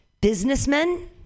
businessmen